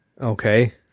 Okay